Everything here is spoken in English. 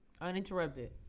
Uninterrupted